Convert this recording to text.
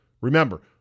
Remember